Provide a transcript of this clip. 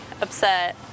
upset